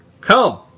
Come